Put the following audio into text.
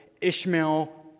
Ishmael